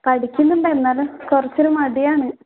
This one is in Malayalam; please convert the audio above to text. പഠിക്കുന്നുണ്ട് എന്നാലും കുറച്ചൊരു മടിയാണ്